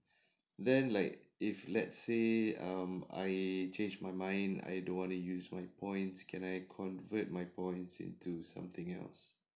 then like if let's say um I change my mind I don't wanna use my points can I convert my points into something else